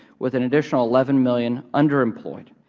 with an additional eleven million underemployed.